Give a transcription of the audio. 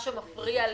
מה שמפריע לי,